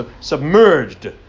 submerged